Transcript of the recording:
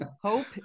Hope